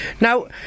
Now